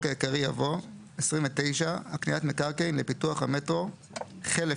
העיקרי יבוא: "הקניית מקרקעין לפיתוח המטרו חלף